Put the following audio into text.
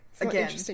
Again